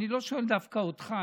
אני לא שואל דווקא אותך,